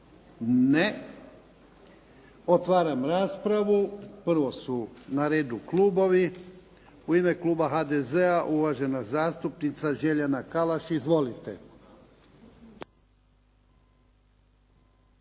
Ne. Otvaram raspravu. Prvo su na redu klubovi. U ime kluba HDZ-a, uvažena zastupnica Željana Kalaš. Izvolite.